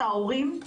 את ההורים,